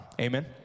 amen